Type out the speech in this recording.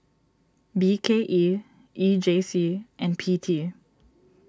B K E E J C and P T